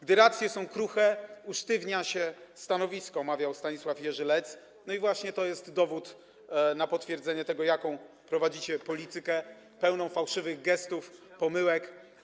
Gdy racje są kruche, usztywnia się stanowisko”, mawiał Stanisław Jerzy Lec, i właśnie to jest dowód na potwierdzenie tego, jaką prowadzicie politykę - pełną fałszywych gestów, pomyłek.